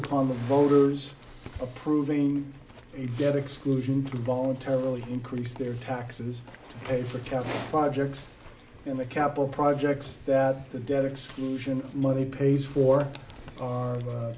upon the voters approving a debt exclusion voluntarily increase their taxes pay for care of five jets in the capital projects that the debt exclusion money pays for our